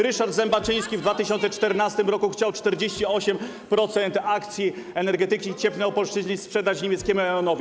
Ryszard Zembaczyński w 2014 r. chciał 48% akcji Energetyki Cieplnej Opolszczyzny sprzedać niemieckiemu E.ON.